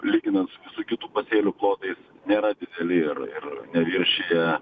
lyginant su su kitų pasėlių plotais nėra dideli ir ir neviršija